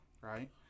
right